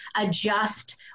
adjust